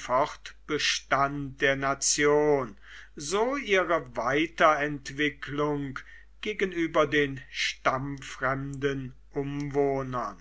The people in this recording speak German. fortbestand der nation so ihre weiterentwicklung gegenüber den stammfremden umwohnern